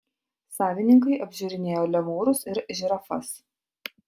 savininkai apžiūrinėjo lemūrus ir žirafas